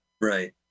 Right